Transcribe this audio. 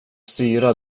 styra